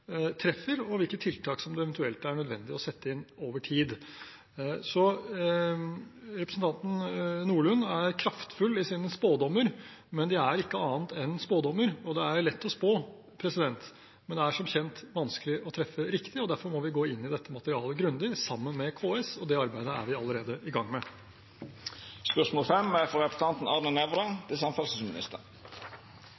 hvilke tiltak som det eventuelt er nødvendig å sette inn over tid. Representanten Nordlund er kraftfull i sine spådommer, men de er ikke annet enn spådommer. Det er lett å spå, men det er som kjent vanskelig å treffe riktig. Derfor må vi gå inn i dette materialet grundig sammen med KS. Det arbeidet er vi allerede i gang med. «I debatten om Nasjonal transportplan i juni 2013 sa Knut Arild Hareide om Fornebubanen: «Det er